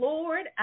Lord